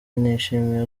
nishimiye